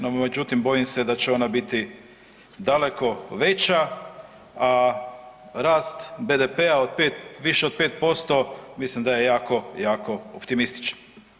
No međutim, bojim se da će ona biti daleko veća, a rast BDP-a više od 5% mislim da je jako, jako optimistično.